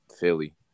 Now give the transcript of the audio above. Philly